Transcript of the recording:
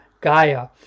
Gaia